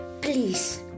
Please